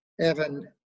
Evan